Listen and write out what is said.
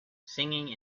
singing